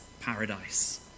paradise